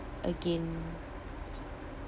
again